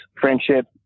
friendship